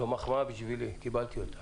זו מחמאה בשבילי, קיבלתי אותה.